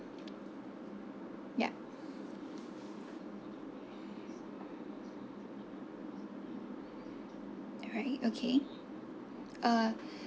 ya alright okay uh